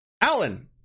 Alan